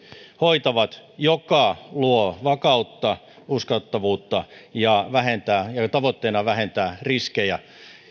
hoitavat joka luo vakautta uskottavuutta ja jonka tavoitteena on vähentää riskejä